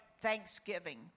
Thanksgiving